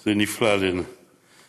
זה נפלא להצליח